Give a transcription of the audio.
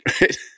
right